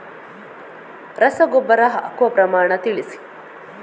ರಸಗೊಬ್ಬರ ಹಾಕುವ ಪ್ರಮಾಣ ತಿಳಿಸಿ